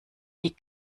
die